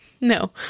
No